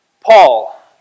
Paul